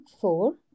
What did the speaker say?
four